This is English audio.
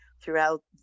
throughout